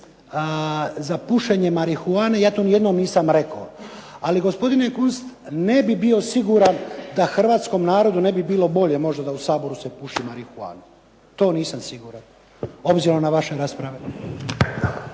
za pušenje marihuane ja to nijednom nisam rekao, ali gospodine Kunst ne bih bio siguran da hrvatskom narodu ne bi bilo bolje možda da u Saboru se puši marihuanu, to nisam siguran obzirom na vaše rasprave.